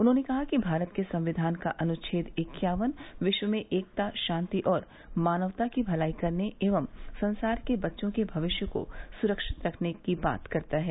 उन्होंने कहा कि भारत के संविधान का अनुच्छेद इक्यावन विश्व में एकता शांति और मानवता की भलाई करने एवं संसार के बच्चों के भविष्य को स्रक्षित रखने की बात करता है